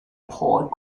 pod